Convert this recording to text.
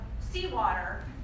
seawater